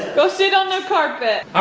go sit on the carpet!